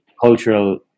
cultural